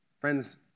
Friends